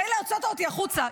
מילא הוצאת אותי החוצה,